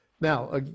Now